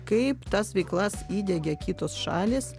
kaip tas veiklas įdiegė kitos šalys